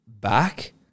back